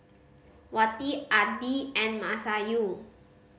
Wati Adi and Masayu